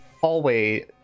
hallway